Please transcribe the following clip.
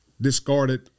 discarded